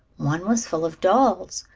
one was full of dolls,